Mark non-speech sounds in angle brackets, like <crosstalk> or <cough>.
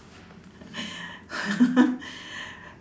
<laughs>